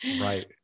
Right